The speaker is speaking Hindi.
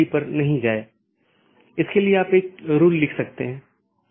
प्रत्येक AS के पास इष्टतम पथ खोजने का अपना तरीका है जो पथ विशेषताओं पर आधारित है